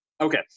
Okay